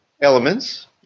elements